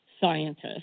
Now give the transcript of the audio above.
scientists